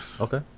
Okay